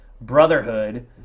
brotherhood